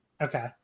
Okay